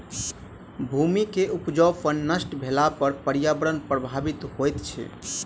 भूमि के उपजाऊपन नष्ट भेला पर पर्यावरण प्रभावित होइत अछि